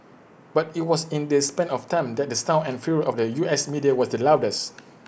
but IT was in this span of time that the sound and fury of the U S media was the loudest